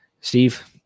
Steve